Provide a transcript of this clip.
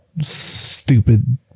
stupid